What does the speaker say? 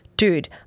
Dude